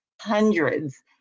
hundreds